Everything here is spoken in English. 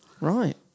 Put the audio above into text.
right